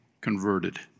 converted